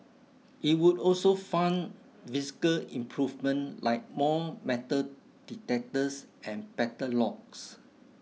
it would also fund physical improvement like more metal detectors and better locks